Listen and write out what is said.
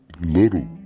little